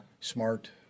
smart